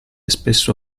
spesso